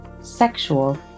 sexual